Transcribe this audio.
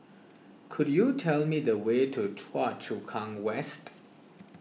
could you tell me the way to Choa Chu Kang West